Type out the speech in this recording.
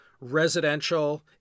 residential